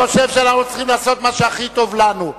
אני חושב שאנחנו צריכים לעשות מה שהכי טוב לנו,